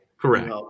Correct